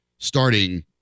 Starting